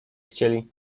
chcieli